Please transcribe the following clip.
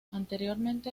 anteriormente